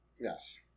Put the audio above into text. Yes